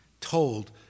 told